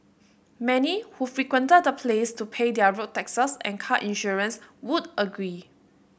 many who frequented the place to pay their road taxes and car insurance would agree